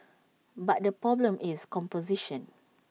but the problem is composition